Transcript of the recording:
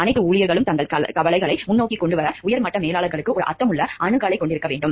அனைத்து ஊழியர்களும் தங்கள் கவலைகளை முன்னோக்கி கொண்டு வர உயர் மட்ட மேலாளர்களுக்கு அர்த்தமுள்ள அணுகலைக் கொண்டிருக்க வேண்டும்